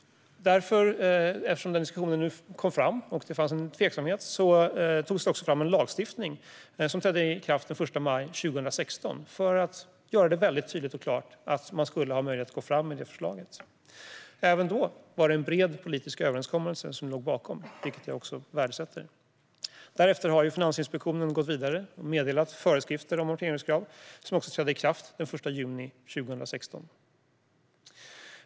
Eftersom diskussionen kom upp och det fanns en tveksamhet togs det fram en lagstiftning som trädde i kraft den 1 maj 2016, för att göra det tydligt och klart att man skulle ha möjlighet att gå fram med förslaget. Även då var det en bred politisk överenskommelse som låg bakom, vilket jag värdesätter. Därefter har Finansinspektionen gått vidare och meddelat föreskrifter om amorteringskrav, som trädde i kraft den 1 juni 2016.